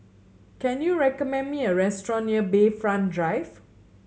can you recommend me a restaurant near Bayfront Drive